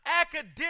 academic